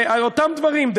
אותם דברים,